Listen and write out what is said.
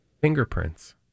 Fingerprints